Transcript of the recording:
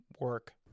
work